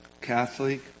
Catholic